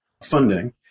funding